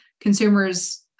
consumers